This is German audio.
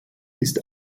ist